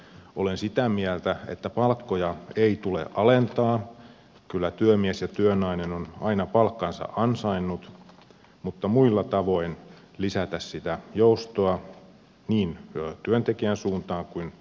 olen sitä mieltä että palkkoja ei tule alentaa kyllä työmies ja työnainen ovat aina palkkansa ansainneet mutta muilla tavoin lisätä sitä joustoa niin työntekijän suuntaan kuin yrityksenkin suuntaan